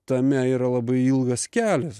tame yra labai ilgas kelias